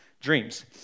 dreams